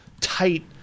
tight